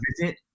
visit